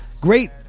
great